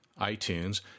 iTunes